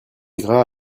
gras